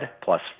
plus